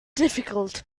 difficult